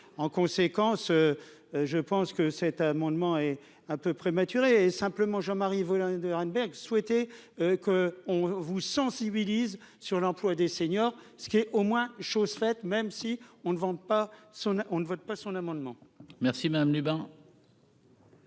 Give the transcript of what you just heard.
en conséquence, je pense que cet amendement est un peu prématuré simplement Jean-Marie Vollant 2 Arenberg souhaiter que on vous sensibilise sur l'emploi des seniors, ce qui est, au moins, chose faite, même si on ne vende pas, si on ne vote